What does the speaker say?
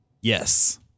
Yes